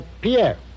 Pierre